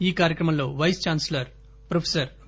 ఈ కార్యక్రమంలో vice chancellor professor వి